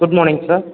good morning sir